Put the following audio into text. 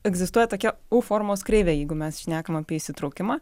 egzistuoja tokia u formos kreive jeigu mes šnekam apie įsitraukimą